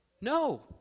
No